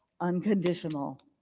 unconditional